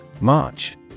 March